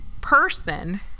person